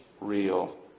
Real